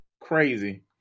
Crazy